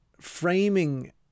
framing